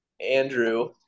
Andrew